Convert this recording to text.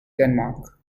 denmark